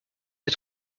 les